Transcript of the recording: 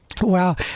Wow